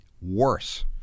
worse